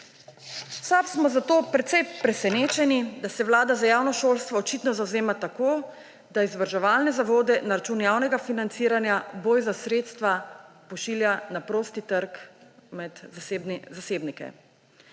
V SAB smo zato precej presenečeni, da se Vlada za javno šolstvo očitno zavzema tako, da izobraževalne zavode na račun javnega financiranja v boj za sredstva pošilja na prosti trg med zasebnike.